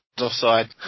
offside